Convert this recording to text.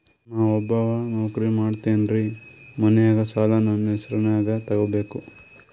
ನಾ ಒಬ್ಬವ ನೌಕ್ರಿ ಮಾಡತೆನ್ರಿ ಮನ್ಯಗ ಸಾಲಾ ನಮ್ ಹೆಸ್ರನ್ಯಾಗ ತೊಗೊಬೇಕ?